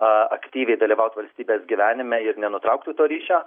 aktyviai dalyvaut valstybės gyvenime ir nenutrauktų to ryšio